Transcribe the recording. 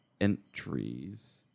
entries